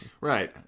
Right